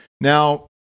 Now